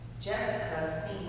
Jessica